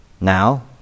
Now